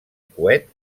coet